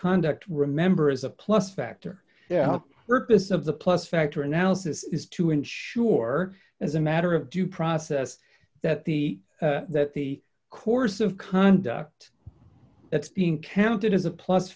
conduct remember is a plus factor purpose of the plus factor analysis is to ensure as a matter of due process that the that the course of conduct that's being counted as a plus